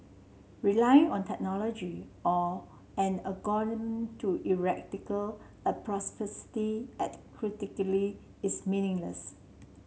relying on technology or an to a propensity at credulity is meaningless